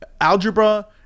algebra